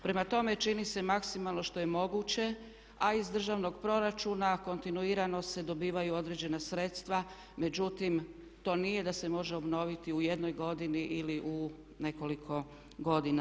Prema tome čini se maksimalno što je moguće a iz državnog proračuna kontinuirano se dobivaju određena sredstva, međutim, to nije da se može obnoviti u jednoj godini ili u nekoliko godina.